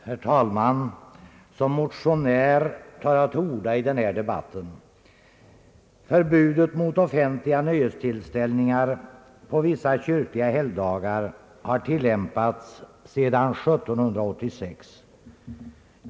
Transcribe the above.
Herr talman! Som motionär tar jag till orda i den här debatten. Förbudet mot offentliga nöjestillställningar på vissa kyrkliga helgdagar har tillämpats sedan år 1786.